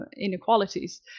inequalities